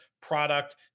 product